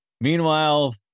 Meanwhile